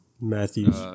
Matthews